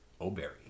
O'Berry